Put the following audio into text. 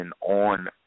on